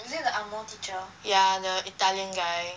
ya the italian guy